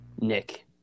Nick